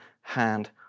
hand